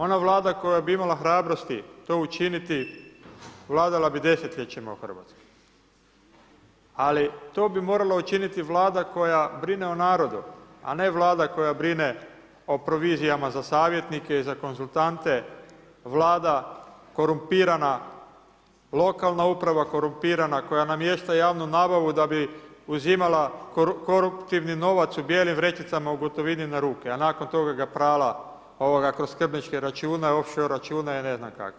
Ona Vlada koja bi imala hrabrosti to učiniti, vladala bi desetljećima u Hrvatskoj, ali to bi morala učiniti Vlada koja brine o narodu, a ne Vlada koja brine o provizijama za savjetnike i za konzultante, Vlada korumpirana, lokalna uprava korumpirana koja namješta javnu nabavu da bi uzimala koruptivni novac u bijelim vrećicama u gotovini na ruke, a nakon toga ga prala kroz skrbničke račune, off shore račune i ne znam kakve.